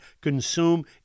consume